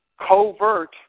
covert